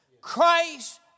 Christ